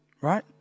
right